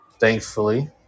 thankfully